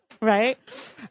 Right